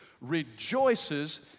rejoices